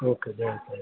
okay जय झूलेलाल